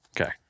Okay